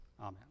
Amen